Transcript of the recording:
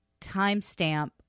timestamp